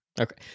Okay